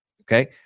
Okay